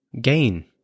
gain